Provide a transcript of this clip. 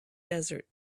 desert